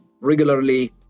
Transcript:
regularly